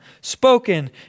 spoken